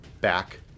back